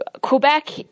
Quebec